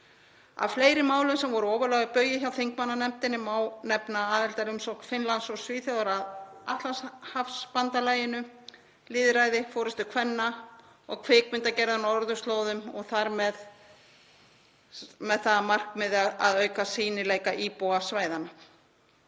Af fleiri málum sem voru ofarlega á baugi hjá þingmannanefndinni má nefna aðildarumsókn Finnlands og Svíþjóðar að Atlantshafsbandalaginu, lýðræði, forystu kvenna og kvikmyndagerð á norðurslóðum með það að markmiði að auka sýnileika íbúa svæðanna.